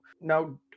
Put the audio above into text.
now